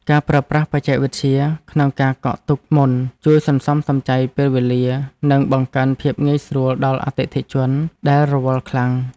ការប្រើប្រាស់បច្ចេកវិទ្យាក្នុងការកក់ទុកមុនជួយសន្សំសំចៃពេលវេលា និងបង្កើនភាពងាយស្រួលដល់អតិថិជនដែលរវល់ខ្លាំង។